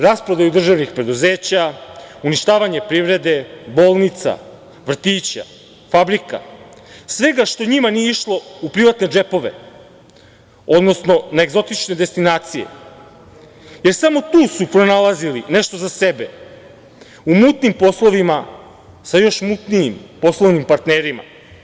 Rasprodaju državnih preduzeća, uništavanje privrede, bolnica, vrtića, fabrika, svega što njima nije išlo u privatne džepove, odnosno na egzotične destinacije, jer samo tu su pronalazili nešto za sebe u mutnim poslovima sa još mutnijim poslovnim partnerima.